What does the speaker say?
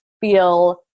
feel